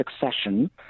succession